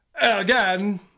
Again